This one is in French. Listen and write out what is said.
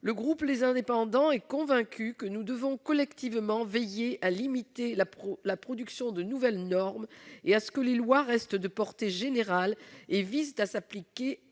le groupe Les Indépendants est convaincu que nous devons collectivement veiller à limiter la production de nouvelles normes et à ce que les lois restent de portée générale et visent à s'appliquer à tous.